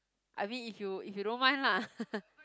I mean if you if you don't mind lah